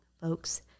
folks